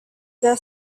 that